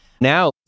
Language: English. Now